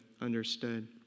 understood